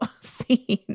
scene